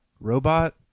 robot